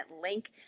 link